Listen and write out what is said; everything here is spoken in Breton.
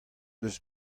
eus